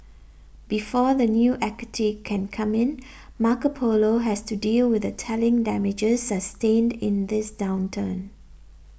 before the new equity can come in Marco Polo has to deal with the telling damages sustained in this downturn